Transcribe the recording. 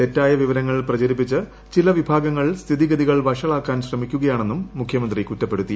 തെറ്റായ വിവരങ്ങൾ പ്രചരിപ്പിച്ച് ചില വിഭാഗങ്ങൾ സ്ഥിതിഗതികൾ വഷളാക്കാൻ ശ്രമിക്കുകയാണെന്നും മുഖ്യമന്ത്രി കുറ്റപ്പെടുത്തി